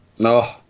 No